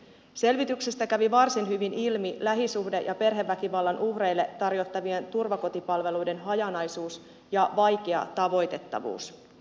selvityksestä kävi varsin hyvin ilmi lähisuhde ja perheväkivallan uhreille tarjottavien turvakotipalveluiden hajanaisuus ja vaikea tavoitettavuus